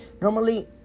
Normally